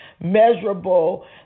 measurable